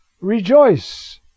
Rejoice